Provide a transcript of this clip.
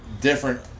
different